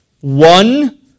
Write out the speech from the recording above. One